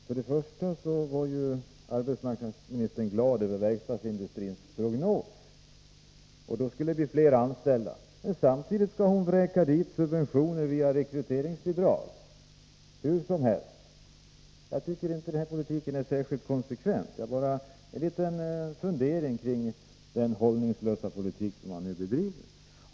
Fru talman! Arbetsmarknadsministern var glad över verkstadsindustrins prognos. Det skulle bli fler anställda. Men samtidigt skall hon vräka dit subventioner via rekryteringsbidrag hur som helst. Jag tycker inte den politiken är särskilt konsekvent. Detta var en fundering över den hållningslösa politik man bedriver.